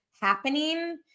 happening